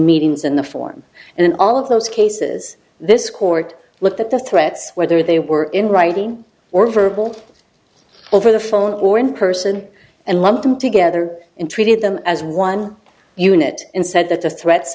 meetings in the form and in all of those cases this court looked at the threats whether they were in writing or verbal over the phone or in person and lump them together in treated them as one unit and said that the threats